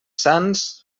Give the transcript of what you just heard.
sans